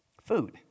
Food